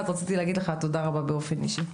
אז רציתי לך תודה רבה באופן אישי.